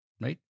right